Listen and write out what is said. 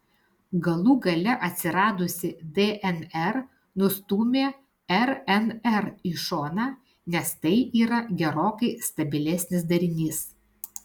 galų gale atsiradusi dnr nustūmė rnr į šoną nes tai yra gerokai stabilesnis darinys